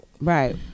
right